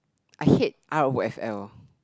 I hate r_o_f_l